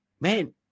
man